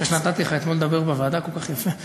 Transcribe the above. אחרי שנתתי לך אתמול לדבר בוועדה כל כך יפה.